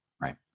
Right